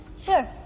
Sure